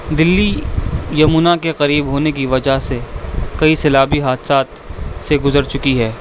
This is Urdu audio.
دلی یمونا کے قریب ہونے کی وجہ سے کئی سیلابی حادثات سے گزر چکی ہے